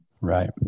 Right